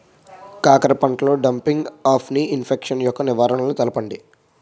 కాకర పంటలో డంపింగ్ఆఫ్ని ఇన్ఫెక్షన్ యెక్క నివారణలు తెలపండి?